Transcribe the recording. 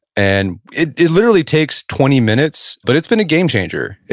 and it it literally takes twenty minutes, but it's been a game changer.